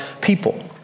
people